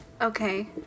Okay